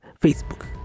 Facebook